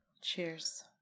Cheers